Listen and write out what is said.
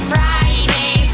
Friday